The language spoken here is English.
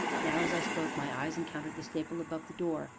now, as i spoke, my eyes encountered the staple above the door,